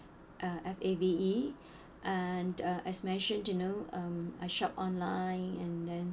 uh F A V E and uh as mentioned you know um I shop online and then